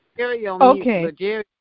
Okay